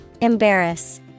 Embarrass